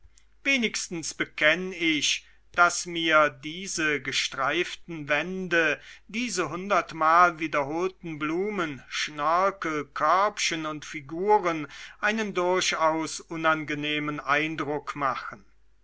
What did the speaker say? wenigstens bekenne ich daß mir diese gestreiften wände diese hundertmal wiederholten blumen schnörkel körbchen und figuren einen durchaus unangenehmen eindruck machen